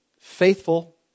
faithful